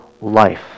life